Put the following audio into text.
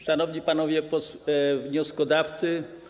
Szanowni Panowie Wnioskodawcy!